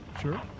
sure